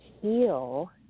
heal